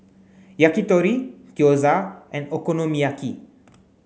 Yakitori Gyoza and Okonomiyaki